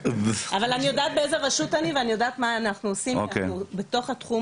יודעת איזו רשות אני ואני יודעת מה אנחנו עושים כי אנחנו בתוך התחום